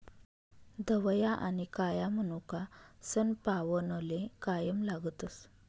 धवया आनी काया मनोका सनपावनले कायम लागतस